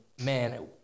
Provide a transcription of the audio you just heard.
man